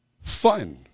fun